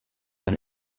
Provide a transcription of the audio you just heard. been